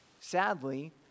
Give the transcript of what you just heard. Sadly